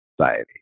Society